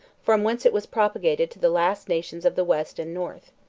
from whence it was propagated to the last nations of the west and north.